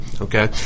Okay